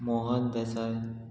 Mohan Desai